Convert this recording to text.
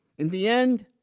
in the end,